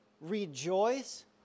rejoice